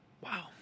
Wow